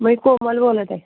मी कोमल बोलत आहे